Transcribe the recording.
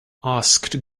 asked